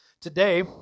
Today